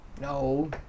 No